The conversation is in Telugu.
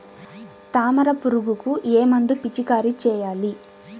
తామర పురుగుకు ఏ మందు పిచికారీ చేయాలి?